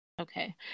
Okay